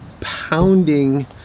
pounding